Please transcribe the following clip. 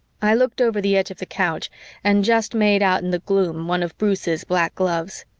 i looked over the edge of the couch and just made out in the gloom one of bruce's black gloves.